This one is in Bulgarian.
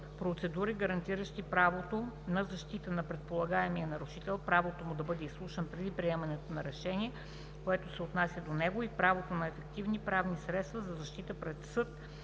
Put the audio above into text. процедури, гарантиращи правото на защита на предполагаемия нарушител, правото му да бъде изслушан преди приемането на решение, което се отнася до него, и правото на ефективни правни средства за защита пред съд